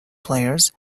players